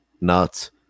nuts